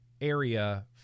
area